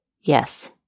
Yes